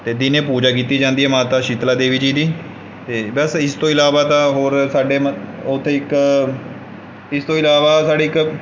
ਅਤੇ ਦਿਨੇ ਪੂਜਾ ਕੀਤੀ ਜਾਂਦੀ ਹੈ ਮਾਤਾ ਸ਼ੀਤਲਾ ਦੇਵੀ ਜੀ ਦੀ ਅਤੇ ਵੈਸੇ ਇਸ ਤੋਂ ਇਲਾਵਾ ਤਾਂ ਹੋਰ ਸਾਡੇ ਮਤ ਉੱਥੇ ਇੱਕ ਇਸ ਤੋਂ ਇਲਾਵਾ ਸਾਡੇ ਇੱਕ